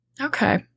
Okay